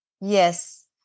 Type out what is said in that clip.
Yes